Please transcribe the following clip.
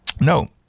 No